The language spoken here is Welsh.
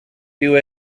dyw